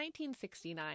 1969